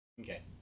okay